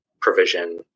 provision